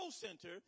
center